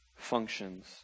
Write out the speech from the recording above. Functions